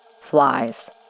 Flies